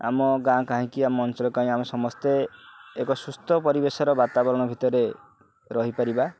ଆମ ଗାଁ କାହିଁକି ଆମ ଅଞ୍ଚଳ କାହିଁକି ଆମେ ସମସ୍ତେ ଏକ ସୁସ୍ଥ ପରିବେଶର ବାତାବରଣ ଭିତରେ ରହିପାରିବା